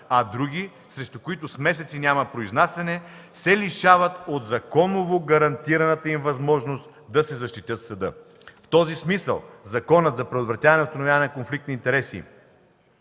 а други, срещу които с месеци няма произнасяне, се лишават от законово гарантираната им възможност да се защитят в съда. В този смисъл Законът за предотвратяване и установяване на конфликт на интереси